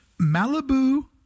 Malibu